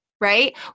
right